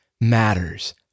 matters